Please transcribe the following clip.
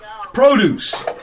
Produce